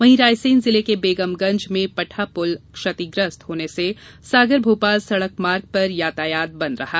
वहीं रायसेन जिले के बेगमगंज में पठा पुल क्षतिग्रस्त होने से सागर भोपाल सड़क मार्ग पूरी तरह बंद हो गया